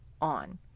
on